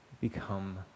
become